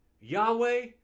Yahweh